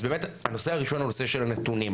הנושא הראשון הוא נושא של הנתונים,